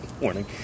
morning